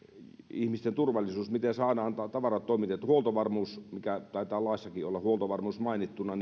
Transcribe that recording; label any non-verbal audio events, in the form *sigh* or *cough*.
ihmisten turvallisuus miten saadaan tavarat toimitettua huoltovarmuus mikä taitaa laissakin olla mainittuna *unintelligible*